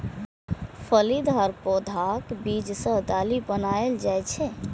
फलीदार पौधाक बीज सं दालि बनाएल जाइ छै